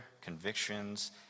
convictions